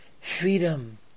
freedom